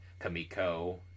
Kamiko